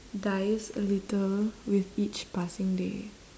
dies a little with each passing day